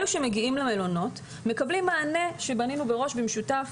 אלה שמגיעים למלונות מקבלים מענה שבנינו מראש במשותף